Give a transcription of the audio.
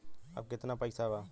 अब कितना पैसा बा?